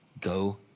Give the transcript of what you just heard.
Go